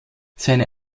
seine